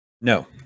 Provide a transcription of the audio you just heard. No